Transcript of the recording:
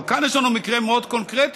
אבל כאן יש לנו מקרה מאוד קונקרטי,